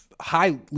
highly